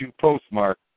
postmark